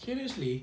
seriously